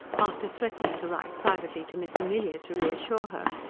after threatening to write privately to miss amelia, to reassure her.